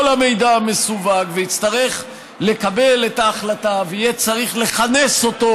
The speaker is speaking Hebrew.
המידע המסווג ויצטרך לקבל את ההחלטה ויהיה צריך לכנס אותו,